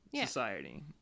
society